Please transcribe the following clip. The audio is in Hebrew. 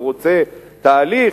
הוא רוצה תהליך?